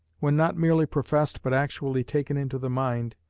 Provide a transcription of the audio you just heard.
when not merely professed but actually taken into the mind,